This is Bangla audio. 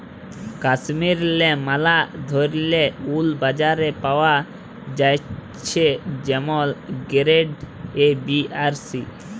কাশ্মীরেল্লে ম্যালা ধরলের উল বাজারে পাওয়া জ্যাছে যেমল গেরেড এ, বি আর সি